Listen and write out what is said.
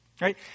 right